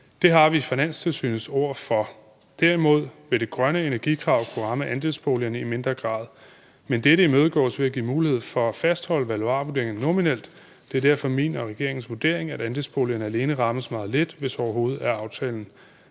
Det har vi Finanstilsynets ord for. Derimod vil det grønne energikrav kunne ramme andelsboligerne i mindre grad, men dette imødegås ved at give mulighed for at fastholde valuarvurderingerne nominelt. Det er derfor min og regeringens vurdering, at andelsboligerne alene rammes meget lidt – hvis overhovedet – af aftalen.